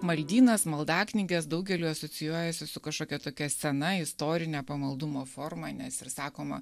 maldynas maldaknygės daugeliui asocijuojasi su kažkokia tokia sena istorine pamaldumo forma nes ir sakoma